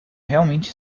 realmente